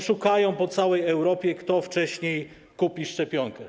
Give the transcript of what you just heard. Szukają po całej Europie, kto wcześniej kupi szczepionkę.